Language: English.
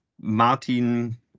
Martin